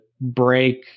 break